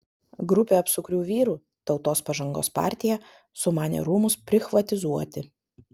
grupė apsukrių vyrų tautos pažangos partija sumanė rūmus prichvatizuoti